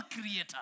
creator